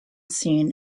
seen